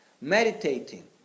Meditating